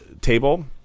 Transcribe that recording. table